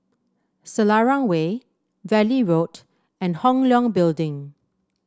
Selarang Way Valley Road and Hong Leong Building